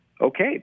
okay